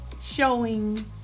showing